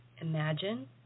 Imagine